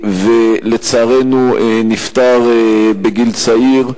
ולצערנו נפטר בגיל צעיר.